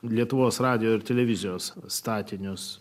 lietuvos radijo ir televizijos statinius